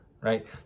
right